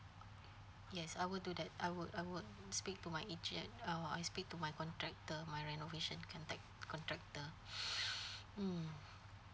yes I will do that I would I would speak to my agent uh I speak to my contractor my renovation contact contractor mm